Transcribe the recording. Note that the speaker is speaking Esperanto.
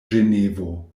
ĝenevo